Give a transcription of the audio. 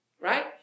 right